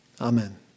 Amen